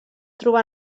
trobar